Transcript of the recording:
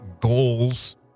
goals